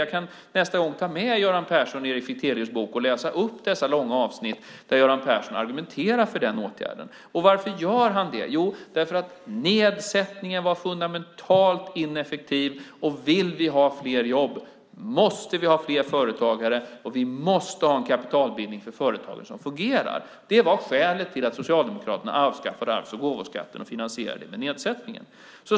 Jag kan ta med Göran Perssons och Erik Fichtelius bok nästa gång och läsa upp de långa avsnitt där Göran Persson argumenterar för den åtgärden. Och varför gör han det? Jo, därför att nedsättningen var fundamentalt ineffektiv, och om vi vill ha fler jobb måste vi ha fler företagare och en kapitalbildning för företagen som fungerar. Det var skälet till att Socialdemokraterna avskaffade arvs och gåvoskatten och finansierade den med nedsättningen.